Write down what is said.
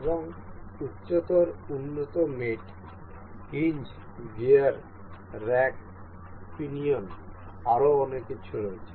এবং উচ্চতর উন্নত মেট হিঞ্জ গিয়ার রেক পিনিয়ন আরও অনেক কিছু আছে